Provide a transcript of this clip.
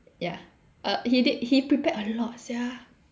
ya err he did he prepared a lot sia